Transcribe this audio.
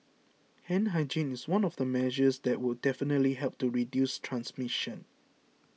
hand hygiene is one of the measures that will definitely help to reduce transmission